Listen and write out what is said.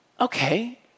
Okay